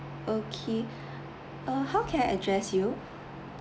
okay uh how can I address you